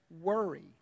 worry